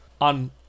on